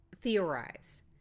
theorize